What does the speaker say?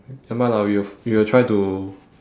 never mind lah we will we will try to